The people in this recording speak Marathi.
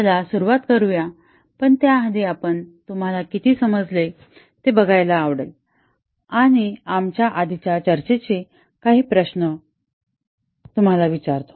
चला सुरुवात करूया पण त्याआधी आपण तुम्हाला किती समजले आहे ते बघायला आवडेल आणि आमच्या आधीच्या चर्चेची काही प्रश्न तुम्हाला विचारतो